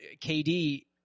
KD